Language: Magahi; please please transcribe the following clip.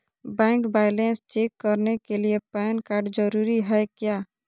बैंक बैलेंस चेक करने के लिए पैन कार्ड जरूरी है क्या?